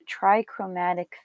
trichromatic